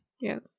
yes